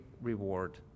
reward